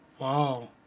wow